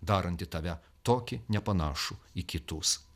darantį tave tokį nepanašų į kitus